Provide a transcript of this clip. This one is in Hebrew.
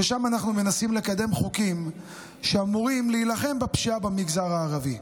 ששם אנחנו מנסים לקדם חוקים שאמורים להילחם בפשיעה במגזר הערבי.